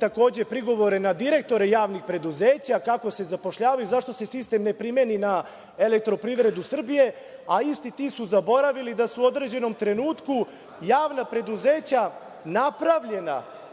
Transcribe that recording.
takođe čuli prigovore na direktore javnih preduzeća, kako se zapošljavaju i zašto se sistem ne primeni na „Elektroprivredu Srbije“, a isti ti su zaboravili da su u određenom trenutku javna preduzeća napravljena